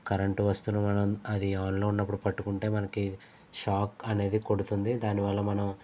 current వస్తువులను అది on లో ఉన్నప్పుడు పట్టుకుంటే మనకి షాక్ అనేది కొడుతుంది దాని వల్ల మనం